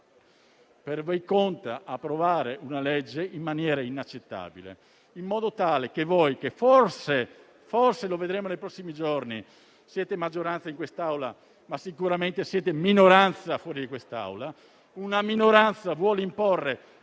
per voi conta approvare una legge, in maniera inaccettabile, in modo tale che voi, che forse - lo vedremo nei prossimi giorni -, siete maggioranza in quest'Aula ma sicuramente siete in minoranza fuori da qui, possiate imporre